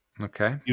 Okay